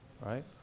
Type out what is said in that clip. right